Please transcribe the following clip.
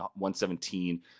117